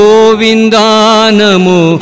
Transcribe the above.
Govindanamo